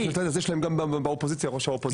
ממשלת --- אז יש להם גם באופוזיציה ראש האופוזיציה